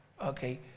okay